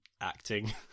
acting